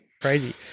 crazy